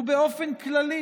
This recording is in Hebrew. ובאופן כללי